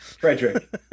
Frederick